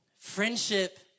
Friendship